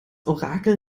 orakel